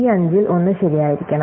ഈ അഞ്ചിൽ ഒന്ന് ശരിയായിരിക്കണം